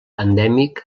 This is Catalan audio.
endèmic